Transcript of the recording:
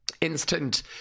instant